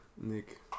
Nick